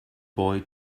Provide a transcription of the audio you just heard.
boy